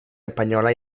española